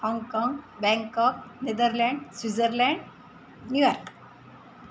Hong Kong Bangkok Netherlands Switzerland New York